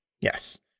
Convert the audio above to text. Yes